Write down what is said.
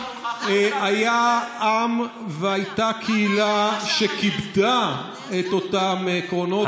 היה עם והייתה קהילה שכיבדה את אותם עקרונות,